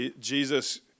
Jesus